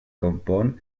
compon